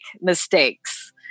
mistakes